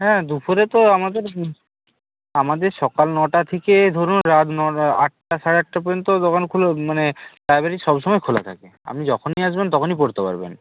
হ্যাঁ দুপুরে তো আমাদের আমাদের সকাল নটা থেকে ধরুন রাত ন আটটা সাড়ে আটটা পর্যন্ত দোকান খোলা মানে লাইব্রেরি সবসময় খোলা থাকে আপনি যখনই আসবেন তখনই পড়তে পারবেন